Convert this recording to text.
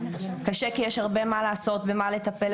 קשה כי יש הרבה מה לעשות ובמה לטפל,